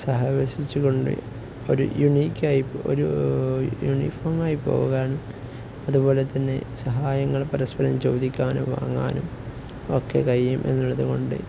സഹവസിച്ചുകൊണ്ട് ഒരു യുണീക്കായി ഒരു യൂണിഫോമായി പോകാനും അതുപോലെ തന്നെ സഹായങ്ങള് പരസ്പരം ചോദിക്കാനും വാങ്ങാനും ഒക്കെ കഴിയും എന്നുള്ളതുകൊണ്ട്